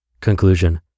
Conclusion